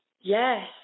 Yes